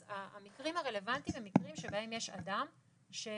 המקרים הרלוונטיים הם מקרים שבהם יש אדם שנפגע,